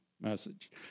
message